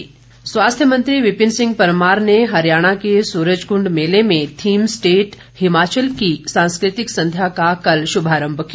विपिन परमार स्वास्थ्य मंत्री विपिन सिंह परमार ने हरियाणा के सूरजकुंड मेले में थीम स्टेट हिमाचल की सांस्कृतिक संध्या का कल शुभारम्भ किया